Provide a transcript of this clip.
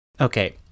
Okay